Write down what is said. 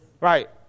Right